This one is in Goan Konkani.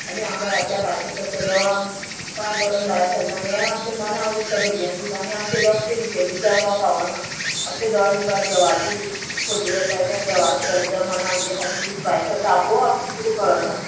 आनी हांव घरांतल्या भायर सरता आसतना देवा पांय पडोन भायर सरना हें आमचें मना उरता भुरग्यांक सुद्दां आनी आमचें लक्ष विचलीत जावपाक पावना आपलें दोळ मुखार देवाचो फोटो येता जावन देवा श्रद्दा मना जी आहा ती भायर सरता आपोआप ती तुका कळना